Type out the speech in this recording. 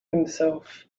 himself